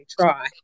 try